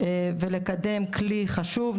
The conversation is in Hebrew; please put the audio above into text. ולקדם כלי חשוב.